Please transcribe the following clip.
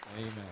Amen